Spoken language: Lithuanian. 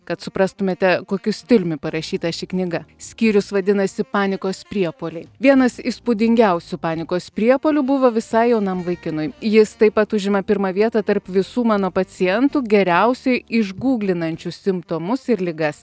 kad suprastumėte kokiu stiliumi parašyta ši knyga skyrius vadinasi panikos priepuoliai vienas įspūdingiausių panikos priepuolių buvo visai jaunam vaikinui jis taip pat užima pirmą vietą tarp visų mano pacientų geriausiai išguglinančiu simptomus ir ligas